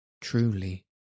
truly